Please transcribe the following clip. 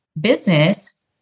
business